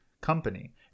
company